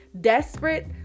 desperate